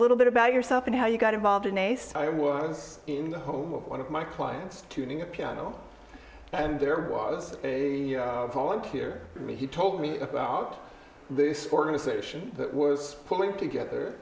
little bit about yourself and how you got involved in a story i was in the home of one of my clients tuning a piano and there was a volunteer he told me this organization that was pulling together